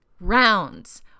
rounds